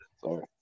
Sorry